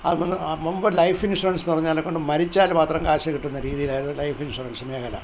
മുമ്പ് life insurance എന്നു പറഞ്ഞതിനെക്കൊണ്ട് മരിച്ചാൽ മാത്രം കാശ് കിട്ടുന്ന രീതിയിലായിരുന്നു ലൈഫ് ഇൻഷുറൻസ് മേഖല